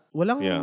walang